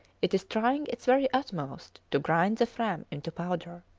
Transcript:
it is trying its very utmost to grind the fram into powder.